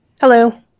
Hello